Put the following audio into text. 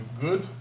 good